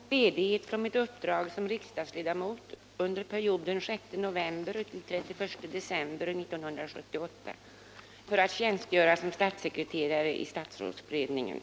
Härmed anhåller jag om ledighet från mitt uppdrag som riksdagsledamot under perioden den 6 november — den 31 december 1978 för att tjänstgöra som statssekreterare i statsrådsberedningen.